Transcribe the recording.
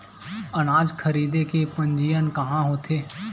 अनाज खरीदे के पंजीयन कहां होथे?